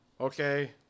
Okay